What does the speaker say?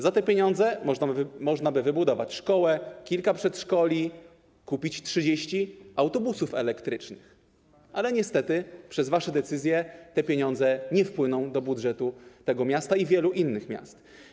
Za te pieniądze można by wybudować szkołę, kilka przedszkoli, kupić 30 autobusów elektrycznych, ale niestety przez wasze decyzje te pieniądze nie wpłyną do budżetu tego miasta i wielu innych miast.